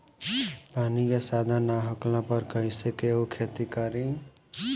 पानी के साधन ना होखला पर कईसे केहू खेती करी